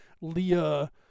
Leah